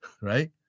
right